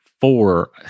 four